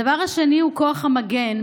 הדבר השני הוא כוח המגן,